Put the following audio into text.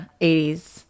80s